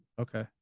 Okay